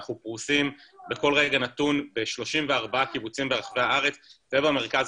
אנחנו פרוסים בכל רגע נתון ב-34 קיבוצים ברחבי הארץ ובמרכז